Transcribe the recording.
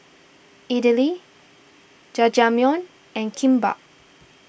Idili Jajangmyeon and Kimbap